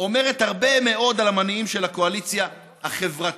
אומרת הרבה מאוד על המניעים של הקואליציה החברתית